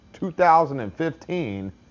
2015